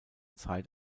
zeit